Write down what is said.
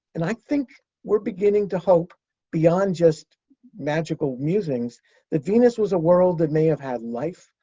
and i think we're beginning to hope beyond just magical musings that venus was a world that may have had life.